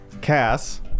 Cass